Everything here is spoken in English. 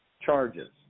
charges